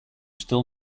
still